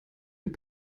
und